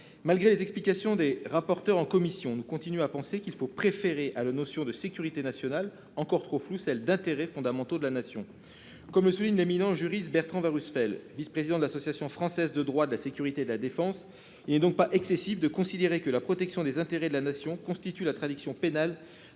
Malgré les explications des rapporteurs en commission, nous continuons à penser qu'il faut préférer à la notion de sécurité nationale, encore trop floue, celle d'intérêts fondamentaux de la Nation, comme le souligne l'éminent juriste M. Bertrand Warusfel, vice-président de l'association française de droit de la sécurité de la défense. Il n'est donc pas excessif de considérer que la protection des intérêts de la Nation constitue la traduction pénale